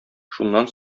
шуннан